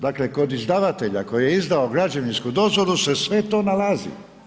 Dakle, kod izdavatelja koji je izdao građevinsku dozvolu se sve to nalazi.